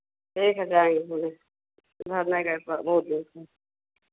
लेकर जाएँगे घूमने उधर नहीं गए बहुत दिन से